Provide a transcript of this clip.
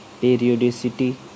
periodicity